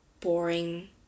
boring